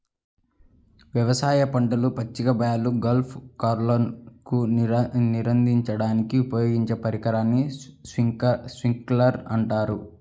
వ్యవసాయ పంటలు, పచ్చిక బయళ్ళు, గోల్ఫ్ కోర్స్లకు నీరందించడానికి ఉపయోగించే పరికరాన్ని స్ప్రింక్లర్ అంటారు